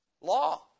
law